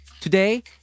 Today